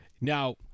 now